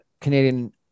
Canadian